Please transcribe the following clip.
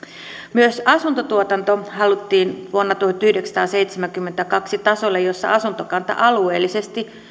myös asuntotuotanto haluttiin vuonna tuhatyhdeksänsataaseitsemänkymmentäkaksi tasolle jolla asuntokanta alueellisesti